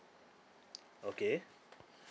okay